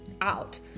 out